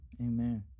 amen